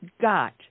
got